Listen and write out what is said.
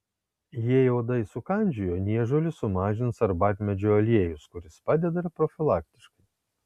jei uodai sukandžiojo niežulį sumažins arbatmedžio aliejus kuris padeda ir profilaktiškai